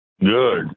Good